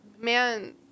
man